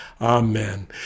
Amen